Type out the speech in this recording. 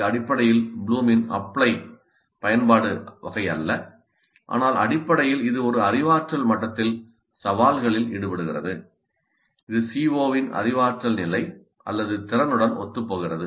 இது அடிப்படையில் ப்ளூமின் 'அப்ளை பயன்பாடு' அல்ல ஆனால் அடிப்படையில் இது ஒரு அறிவாற்றல் மட்டத்தில் சவால்களில் ஈடுபடுகிறது இது CO இன் அறிவாற்றல் நிலை அல்லது திறனுடன் ஒத்துப்போகிறது